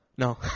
No